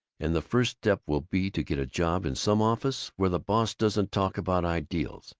and the first step will be to get a job in some office where the boss doesn't talk about ideals.